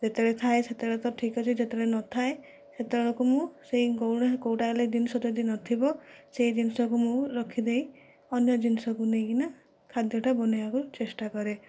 ଯେତେବେଳେ ଥାଏ ସେତେବେଳେ ତ ଠିକ ଅଛି ଯେତେବେଳେ ନଥାଏ ସେତେବେଳକୁ ମୁଁ ସେ କେଉଁଟା ହେଲେ ଜିନିଷ ଯଦି ନଥିବ ସେହି ଜିନିଷକୁ ମୁଁ ରଖିଦେଇ ଅନ୍ୟ ଜିନିଷକୁ ନେଇକିନା ଖାଦ୍ୟଟା ବନାଇବାକୁ ଚେଷ୍ଟା କରେ